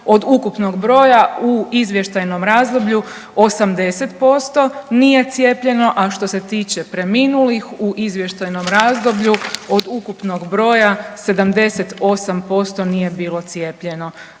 od ukupnog broja u izvještajnom razdoblju 80% nije cijepljeno, a što se tiče preminulih u izvještajnom razdoblju od ukupnog broja 78% nije bilo cijepljeno.